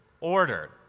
order